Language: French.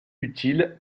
utiles